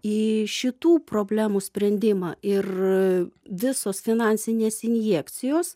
į šitų problemų sprendimą ir visos finansinės injekcijos